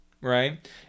right